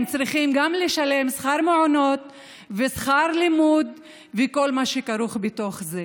הם צריכים לשלם גם שכר מעונות ושכר לימוד וכל מה שכרוך בזה.